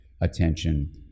attention